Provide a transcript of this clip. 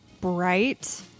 bright